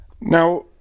now